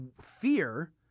fear